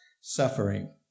suffering